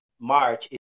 march